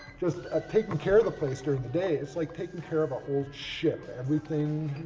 just ah taking care of the place during the day, it's like taking care of an old ship. everything,